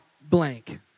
blank